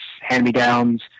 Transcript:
hand-me-downs